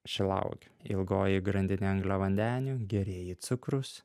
šilauogių ilgoji grandinė angliavandenių gerieji cukrūs